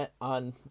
on